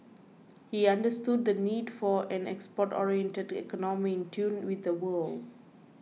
he understood the need for an export oriented economy in tune with the world